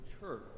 church